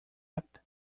app